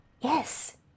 Yes